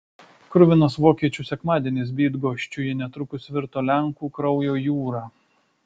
kruvinas vokiečių sekmadienis bydgoščiuje netrukus virto lenkų kraujo jūra